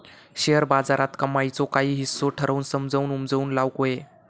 share बाजारात कमाईचो काही हिस्सो ठरवून समजून उमजून लाऊक व्हये